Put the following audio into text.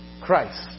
Christ